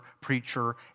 preacher